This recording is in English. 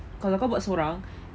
kalau kau buat seorang